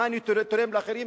מה אני תורם לאחרים,